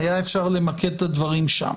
היה אפשר למקד את הדברים שם.